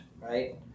right